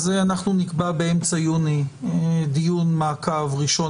אנחנו נקבע באמצע יוני דיון מעקב ראשון